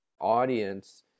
audience